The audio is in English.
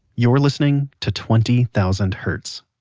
you're listening to twenty thousand hertz.